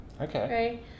Okay